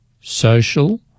social